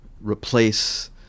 replace